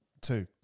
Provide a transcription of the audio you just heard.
Two